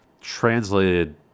translated